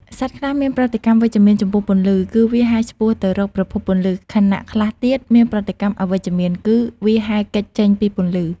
សត្វខ្លះមានប្រតិកម្មវិជ្ជមានចំពោះពន្លឺ គឺវាហែលឆ្ពោះទៅរកប្រភពពន្លឺ ខណៈខ្លះទៀតមានប្រតិកម្មអវិជ្ជមាន គឺវាហែលគេចចេញពីពន្លឺ។